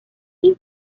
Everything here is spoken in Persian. این